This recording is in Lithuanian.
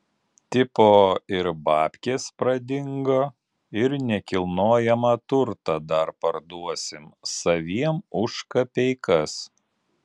tipo ir babkės pradingo ir nekilnojamą turtą dar parduosim saviem už kapeikas